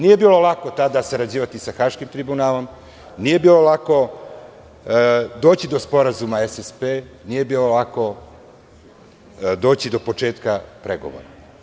Nije joj bilo lako tada sarađivati sa Haškim tribunalom, nije bilo lako doći do sporazuma SSP, nije bilo lako doći do početka pregovora.